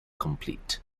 complete